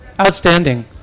Outstanding